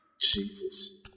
Jesus